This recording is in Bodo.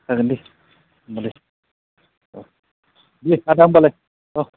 जागोन दे होमबालाय अह दे आदा होमबालाय अह